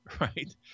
right